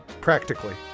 practically